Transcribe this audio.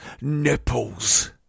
nipples